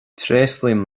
tréaslaím